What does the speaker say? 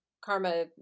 karma